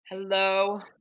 Hello